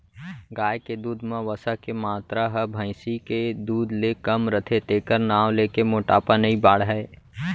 गाय के दूद म वसा के मातरा ह भईंसी के दूद ले कम रथे तेकर नांव लेके मोटापा नइ बाढ़य